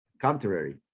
Contrary